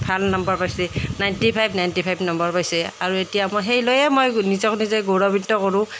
ভাল নম্বৰ পাইছে নাইনটি ফাইভ নাইনটি ফাইভ নম্বৰ পাইছে আৰু এতিয়া মই সেই লৈয়ে মই নিজক নিজে গৌৰৱান্বিত কৰোঁ